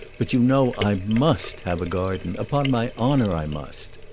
but you know i must have a garden upon my honor i must!